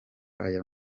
aya